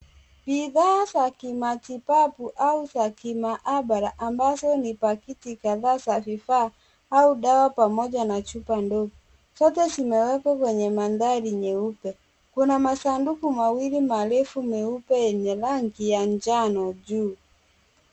Ni dawa za kimatibabu au za kimaabara ambazo ni pakiti kadhaa za vifaa au dawa pamoja na chupa ndogo. Zote zimewekwa kwenye mandhari nyeupe. Kuna masanduku mawili marefu meupe yenye rangi ya njano juu.